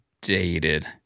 dated